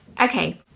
Okay